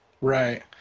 Right